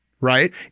right